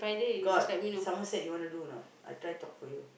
got Somerset you wanna do or not I try talk for you